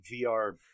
VR